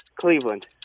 Cleveland